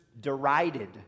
derided